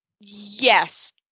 Yes